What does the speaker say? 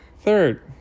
Third